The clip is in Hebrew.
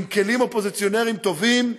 עם כלים אופוזיציונריים טובים,